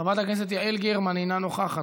חברת הכנסת יעל גרמן, אינה נוכחת.